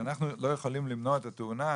שאנחנו לא יכולים למנוע את התאונה,